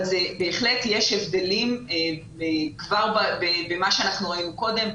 בהחלט יש הבדלים כבר במה שאנחנו ראינו קודם,